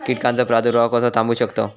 कीटकांचो प्रादुर्भाव कसो थांबवू शकतव?